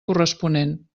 corresponent